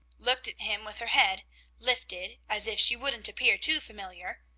looked at him with her head lifted, as if she wouldn't appear too familiar,